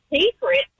secret